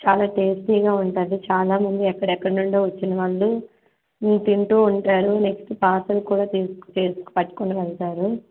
చాలా టేస్టీగా ఉంటుంది చాలామంది ఎక్కడెక్కడ నుంచి వచ్చిన వాళ్ళు ఇవి తింటు ఉంటారు నెక్స్ట్ పార్సల్ కూడా తీసు చేసుకో పట్టుకొని వెళ్తారు